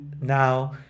now